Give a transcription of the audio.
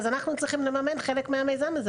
אז אנחנו צריכים בעצם לממן חלק מהמיזם הזה,